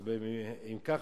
אם כך,